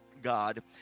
God